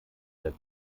der